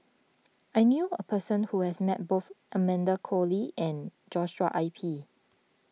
I knew a person who has met both Amanda Koe Lee and Joshua I P